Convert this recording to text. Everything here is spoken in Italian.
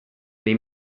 nei